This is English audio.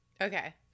Okay